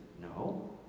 no